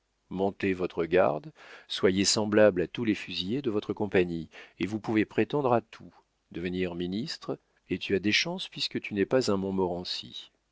montez votre garde soyez semblable à tous les fusiliers de votre compagnie et vous pouvez prétendre à tout devenir ministre et tu as des chances puisque tu n'es pas un montmorency